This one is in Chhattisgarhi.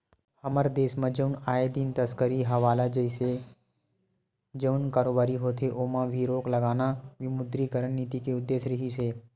हमर देस म जउन आए दिन तस्करी हवाला जइसे जउन कारोबारी होथे ओमा भी रोक लगाना विमुद्रीकरन नीति के उद्देश्य रिहिस हे